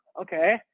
okay